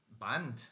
Band